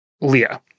Leah